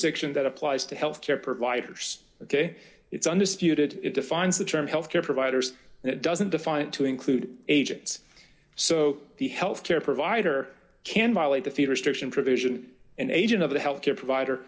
section that applies to health care providers ok it's undisputed it defines the term health care providers and it doesn't define to include agents so the health care provider can violate the feeder station provision and agent of the health care provider